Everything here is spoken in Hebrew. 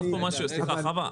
סליחה, חוה.